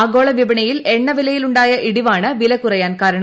ആഗോള വിപണിയിൽ എണ്ണ വിലയിലുണ്ടായ ഇടിവാണ് വില കുറയാൻ കാരണം